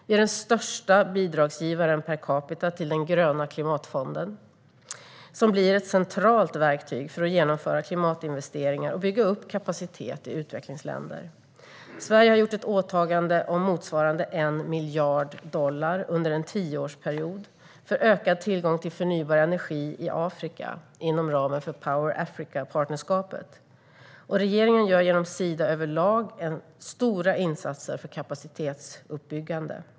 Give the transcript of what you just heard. Vi är den största bidragsgivaren per capita till den gröna klimatfonden, som blir ett centralt verktyg för att genomföra klimatinvesteringar och bygga upp kapacitet i utvecklingsländer. Sverige har gjort ett åtagande om motsvarande 1 miljard dollar under en tioårsperiod för ökad tillgång till förnybar energi i Afrika inom ramen för Power Africa-partnerskapet, och regeringen gör genom Sida överlag stora insatser för kapacitetsuppbyggande.